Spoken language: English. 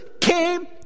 came